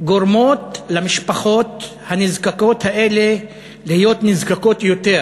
שגורמות למשפחות הנזקקות האלה להיות נזקקות יותר,